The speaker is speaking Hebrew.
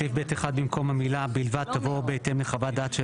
בסעיף (ב1) במקום המילה 'בלבד' תבוא 'או בהתאם לחוות דעת של